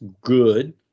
good